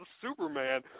Superman